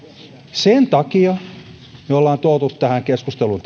sen takia me olemme tuoneet tähän keskusteluun